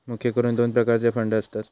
मुख्य करून दोन प्रकारचे फंड असतत